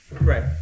Right